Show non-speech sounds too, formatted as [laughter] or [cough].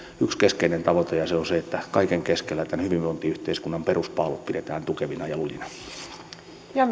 yksi keskeinen tavoite ja se on se että kaiken keskellä tämän hyvinvointiyhteiskunnan peruspaalut pidetään tukevina ja [unintelligible]